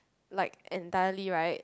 like entirely right